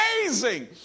Amazing